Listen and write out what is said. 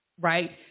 Right